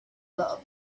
love